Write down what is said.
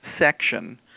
section